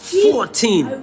fourteen